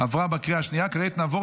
עברה בקריאה השנייה.